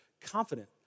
confident